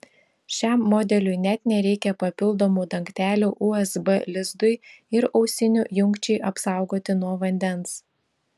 šiam modeliui net nereikia papildomų dangtelių usb lizdui ir ausinių jungčiai apsaugoti nuo vandens